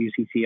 UCC